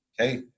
Okay